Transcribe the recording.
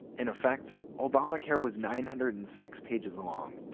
in effect, obamacare was nine hundred and six pages long,